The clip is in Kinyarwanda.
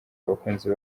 abakunzi